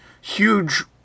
huge